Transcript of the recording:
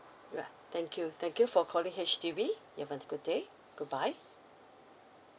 ya thank you thank you for calling H_D_B you have good day goodbye